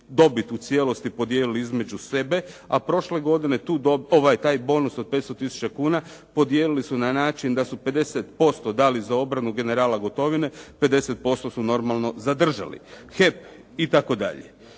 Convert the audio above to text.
dobit u cijelosti podijelili između sebe, a prošle godine taj bonus od 500 tisuća kuna podijelili su na način da su 50% dali za obranu generala gotovine, 50% su normalno zadržali HEP itd.